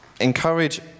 encourage